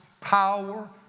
power